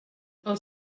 els